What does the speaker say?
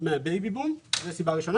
מה-בייבי בום כאשר זאת סיבה הראשונה.